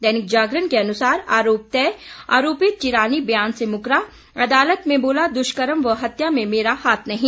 दैनिक जागरण के अनुसार आरोप तय आरोपित चिरानी बयान से मुकरा अदालत में बोला दुष्कर्म व हत्या में मेरा हाथ नही